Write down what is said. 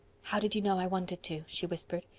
how did you know i wanted to? she whispered.